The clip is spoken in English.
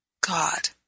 God